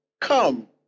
Come